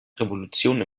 revolution